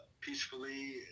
peacefully